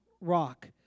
rock